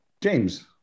James